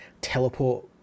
teleport